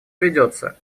ведется